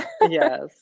yes